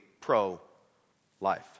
pro-life